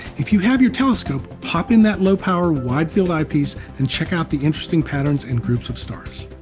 if you have your telescope, pop in that low power, wide field eyepiece and check out the interesting patterns and groups of stars.